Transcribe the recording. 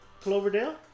Cloverdale